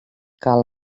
cal